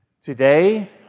Today